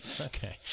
Okay